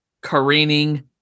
careening